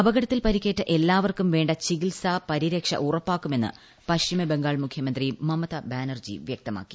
അപകടത്തിൽ പരിക്കേറ്റ എല്ലാവർക്കും വേണ്ട ചികിൽസ പരിരക്ഷ ഉറപ്പാക്കുമെന്ന് പശ്ചിമ ബംഗാൾ മുഖ്യമന്ത്രി മമത ബാനർജി വൃക്തമാക്കി